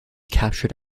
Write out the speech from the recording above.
captured